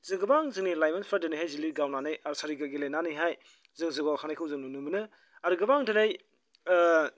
जों गोबां जोंनि लाइमोनफोरा दिनैहाय जिलिद गावनानै आरसारिखौ गेलेनानैहाय जों जौगाखांनायखौ जों नुनो मोनो आरो गोबां दिनै